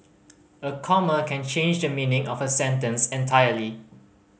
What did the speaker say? a comma can change the meaning of a sentence entirely